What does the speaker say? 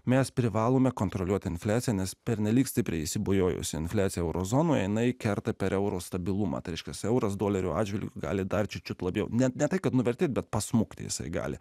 mes privalome kontroliuoti infliaciją nes pernelyg stipriai įsibujojusi infliacija euro zonoje jinai kerta per euro stabilumą tai reiškias euras dolerio atžvilgiu gali dar čia labiau net ne tai kad numirti bet pasmukti jisai gali